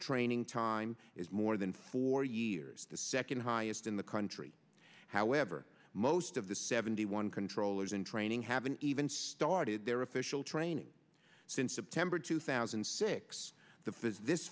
training time is more than four years the second highest in the country however most of the seventy one controllers in training haven't even started their official training since september two thousand and six th